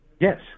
Yes